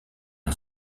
les